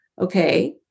Okay